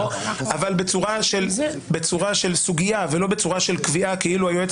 אבל בצורה של סוגיה ולא בצורה של קביעה כאילו היועץ